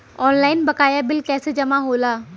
Online बकाया bill कैसे जमा होला?